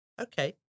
okay